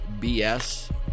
BS